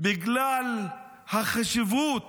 בגלל החשיבות